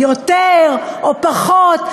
יותר או פחות,